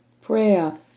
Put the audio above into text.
Prayer